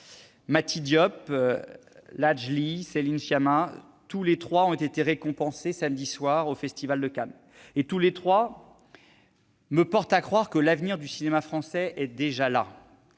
Mati Diop, Ladj Ly, Céline Sciamma : tous les trois ont été récompensés samedi soir au Festival de Cannes. Cela me porte à croire que l'avenir du cinéma français est déjà là.